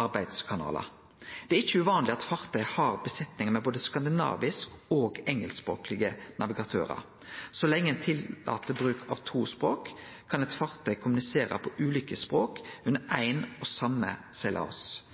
arbeidskanalar. Det er ikkje uvanleg at fartøy har besetning med både skandinavisk- og engelskspråklege navigatørar. Så lenge ein tillèt bruk av to språk, kan eit fartøy kommunisere på ulike språk under ein og same